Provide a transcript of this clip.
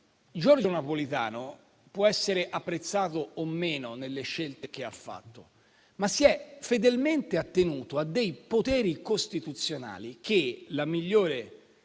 Giorgio Napolitano può essere apprezzato o meno nelle scelte che ha fatto, ma si è fedelmente attenuto a poteri costituzionali che la migliore